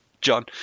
John